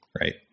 Right